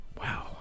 Wow